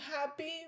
happy